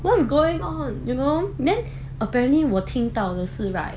what's going on you know then apparently 我听到的是 right